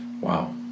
Wow